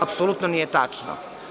Apsolutno nije tačno.